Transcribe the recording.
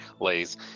Lay's